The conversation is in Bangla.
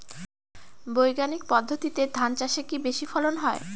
বৈজ্ঞানিক পদ্ধতিতে ধান চাষে কি বেশী ফলন হয়?